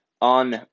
On